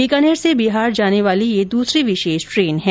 बीकानेर से बिहार जाने वाली यह दूसरी विशेष ट्रेन है